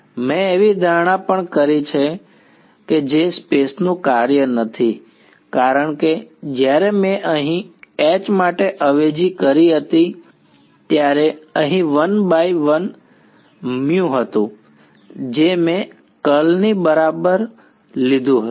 મેં એવી ધારણા પણ કરી છે કે જે સ્પેસનું કાર્ય નથી કારણ કે જ્યારે મેં અહીં H માટે અવેજી કરી હતી ત્યારે અહીં વન બાય હતું જે મેં કર્લ ની બહાર બરાબર લીધું હતું